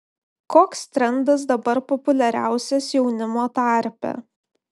koks trendas dabar populiariausias jaunimo tarpe